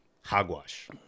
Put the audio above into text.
Hogwash